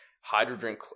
hydrogen